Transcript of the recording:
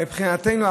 מבחינתנו,